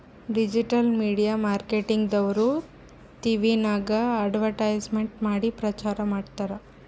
digital media marketing ದವ್ರು ಟಿವಿನಾಗ್ advertisement ಮಾಡಿ ಪ್ರಚಾರ್ ಮಾಡ್ತಾರ್